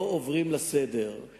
ולא עוברים לסדר-היום.